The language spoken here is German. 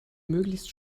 möglichst